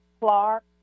Clark